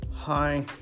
Hi